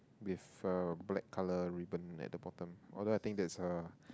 with a black colour ribbon at the bottom although I think that's a